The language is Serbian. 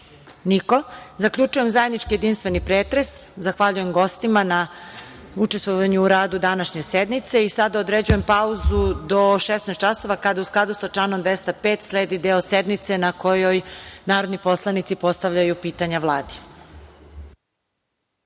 Niko. Zaključujem zajednički, jedinstveni pretres. Zahvaljujem gostima na učestvovanju u radu današnje sednice. Sada određujem pauzu do 16,00 časova, kada u skladu sa članom 205. sledi deo sednice na kojoj narodni poslanici postavljaju pitanja